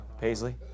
Paisley